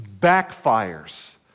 backfires